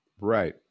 Right